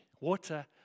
Water